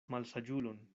malsaĝulon